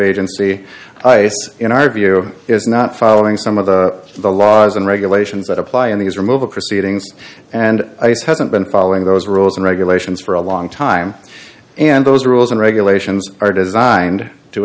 agency in our view is not following some of the the laws and regulations that apply in these removal proceedings and ice hasn't been following those rules and regulations for a long time and those rules and regulations are designed to